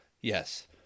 Yes